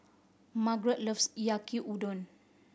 Margrett loves Yaki Udon